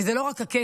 וזה לא רק הכסף,